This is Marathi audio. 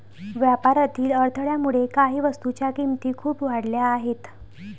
व्यापारातील अडथळ्यामुळे काही वस्तूंच्या किमती खूप वाढल्या आहेत